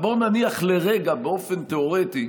אבל בואו נניח לרגע באופן תיאורטי